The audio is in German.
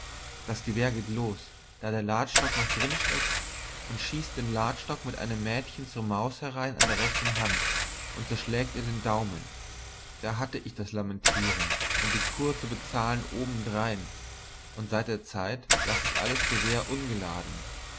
das gewehr geht los da der ladstock noch drin steckt und schießt den ladstock einem mädchen zur maus herein an der rechten hand und zerschlägt ihr den daumen da hatte ich das lamentieren und die kur zu bezahlen obendrein und seit der zeit lass ich alles gewehr ungeladen